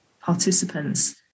participants